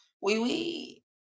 Wee-wee